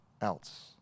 else